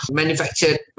manufactured